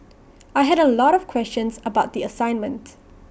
I had A lot of questions about the assignment